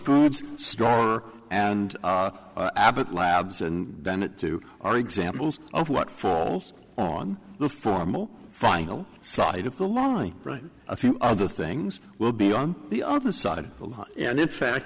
foods store and abbott labs and then it too are examples of what falls on the formal final side of the line right a few other things will be on the other side and in fact